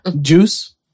Juice